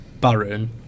Baron